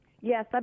Yes